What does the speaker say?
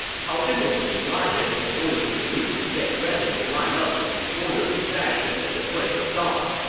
cao zhen was delighted and ordered his troops to get ready to line up in an orderly fashion at the break of dawn,